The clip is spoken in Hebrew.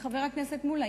חבר הכנסת מולה,